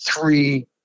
three